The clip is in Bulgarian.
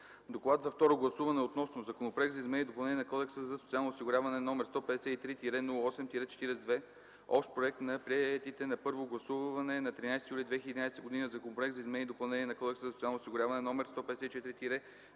„Доклад за второ гласуване относно Законопроект за изменение и допълнение на Кодекса за социално осигуряване, № 153-08-42 – общ проект на приетите на първо гласуване на 13 юли 2011 г. Законопроект за изменение и допълнение на Кодекса за социално осигуряване, № 154-01-66,